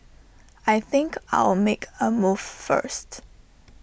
I think I'll make A move first